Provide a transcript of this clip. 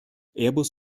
airbus